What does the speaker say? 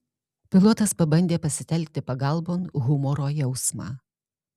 pilotas pabandė pasitelkti pagalbon humoro jausmą